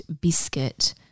biscuit